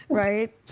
right